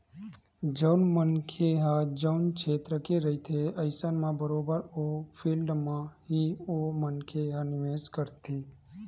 जउन मनखे ह जउन छेत्र के रहिथे अइसन म बरोबर ओ फील्ड म ही ओ मनखे ह निवेस करथे